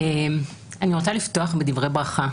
אפתח בדברי ברכה